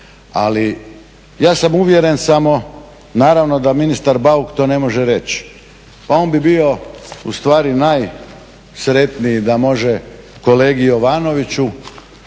Ali ja sam uvjeren samo naravno da ministar Bauk to ne može reći. Pa on bi bio u stvari najsretniji da može kolegi Jovanoviću